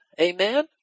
Amen